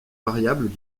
variables